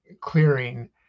clearing